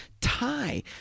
tie